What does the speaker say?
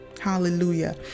Hallelujah